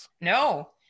no